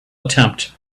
attempt